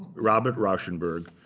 robert rauschenberg,